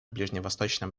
ближневосточном